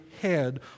head